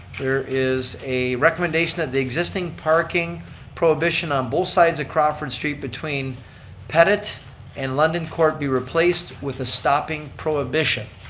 there is a recommendation that they existing parking prohibition on both sides of crawford street between pettit and london court be replaced with a stopping prohibition.